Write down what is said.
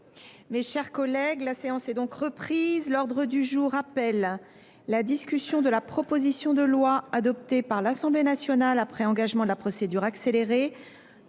est suspendue. La séance est reprise. L’ordre du jour appelle la discussion de la proposition de loi, adoptée par l’Assemblée nationale après engagement de la procédure accélérée,